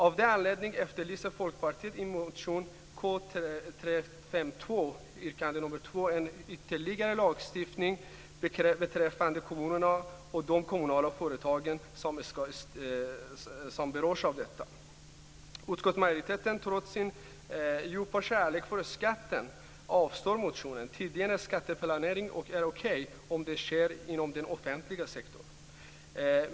Av den anledningen efterlyser Folkpartiet i motion K352, yrkande 2, ytterligare en lagstiftning beträffande kommunerna och de kommunala företag som berörs av detta. Utskottsmajoriteten avstyrker, trots sin djupa kärlek för skatten, motionen. Tydligen är skatteplanering okej om det sker inom den offentliga sektorn.